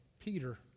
Peter